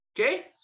Okay